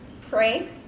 Pray